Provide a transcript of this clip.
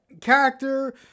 character